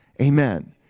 Amen